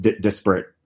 disparate